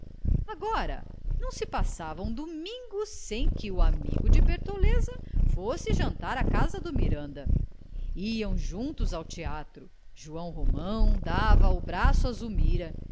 agora não se passava um domingo sem que o amigo de bertoleza fosse jantar à casa do miranda iam juntos ao teatro joão romão dava o braço à